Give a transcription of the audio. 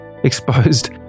exposed